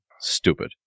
Stupid